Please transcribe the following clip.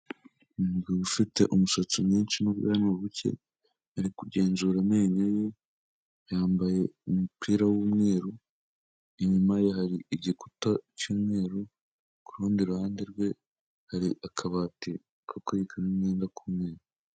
Umugabo ufite umusatsi mwinshi n'ubwanwa buke, ari kugenzura amenyo ye, yambaye umupira w'umweru, inyuma ye hari igikuta cy'umweru, kurundi ruhande rwe hari akabati ko kubikamo imyenda k'umweru.